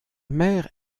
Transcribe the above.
mère